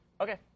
Okay